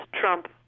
trump